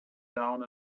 down